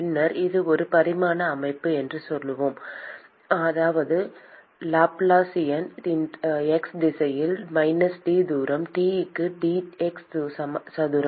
பின்னர் இது ஒரு பரிமாண அமைப்பு என்று சொன்னோம் அதாவது லாப்லாசியன் x திசையில் d சதுரம் T க்கு d x சதுரம்